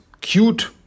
cute